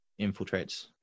infiltrates